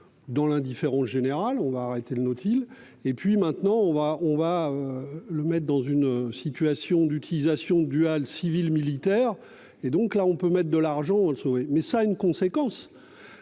Dans l'indifférence générale. On va arrêter le Nautile. Et puis maintenant on va on va le mettre dans une situation d'utilisation duale, civile, militaire et donc là on peut mettre de l'argent le sauver mais ça a une conséquence